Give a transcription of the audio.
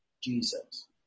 Jesus